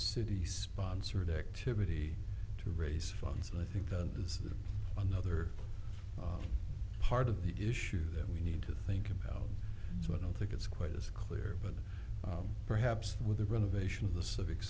city sponsored activity to raise funds and i think that is another part of the issue that we need to think about so i don't think it's quite as clear but perhaps with the renovation of the civic